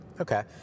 Okay